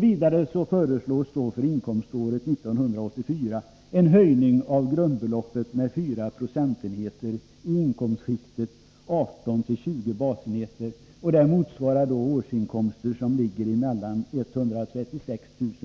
Vidare föreslås för inkomståret 1984 en höjning av grundbeloppet med fyra procentenheter i inkomstskiktet 18-20 basenheter, vilket motsvarar årsinkomster som ligger mellan 136